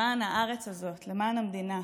למען הארץ הזאת, למען המדינה.